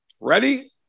Ready